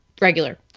regular